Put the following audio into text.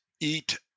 eat